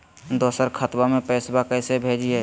दोसर खतबा में पैसबा कैसे भेजिए?